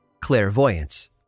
Clairvoyance